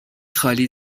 خالی